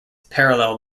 parallel